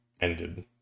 ended